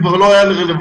וכבר לא היה רלבנטי,